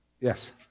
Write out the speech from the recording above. Yes